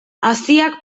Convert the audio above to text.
haziak